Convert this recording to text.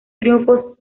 triunfos